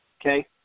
okay